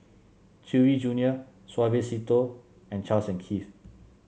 Chewy Junior Suavecito and Charles and Keith